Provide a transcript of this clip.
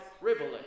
privilege